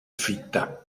fitta